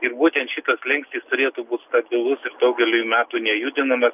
ir būtent šitas slenkstis turėtų būt stabilus ir daugeliui metų nejudinamas